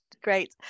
great